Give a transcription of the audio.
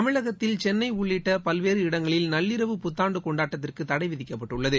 தமிழகத்தில் சென்னை உள்ளிட்ட பல்வேறு இடங்களில் நள்ளிரவு புத்தாண்டு கொண்டாட்டத்திற்கு தடை விதிக்கப்பட்டுள்ளது